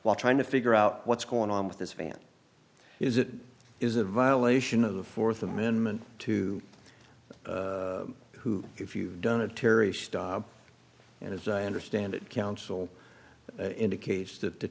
while trying to figure out what's going on with this van is it is a violation of the fourth amendment to who if you've done a terry stop and as i understand it counsel indicates that the